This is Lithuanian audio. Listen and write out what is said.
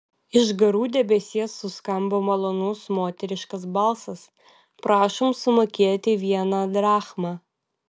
iš garų debesies suskambo malonus moteriškas balsas prašom sumokėti vieną drachmą